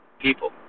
people